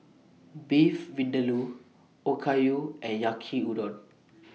Beef Vindaloo Okayu and Yaki Udon